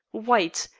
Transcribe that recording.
white,